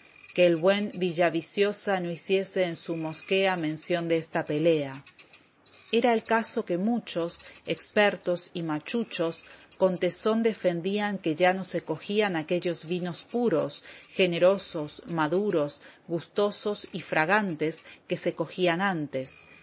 moderna diabólica refriega dentro de una bodega se trabó entre infinitos bebedores mosquitos era el caso que muchos expertos y machuchos con tesón defendían que ya no se cogían aquellos vinos puros generosos maduros gustosos y fragantes que se cogían antes